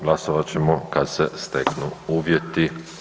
Glasovat ćemo kad se steknu uvjeti.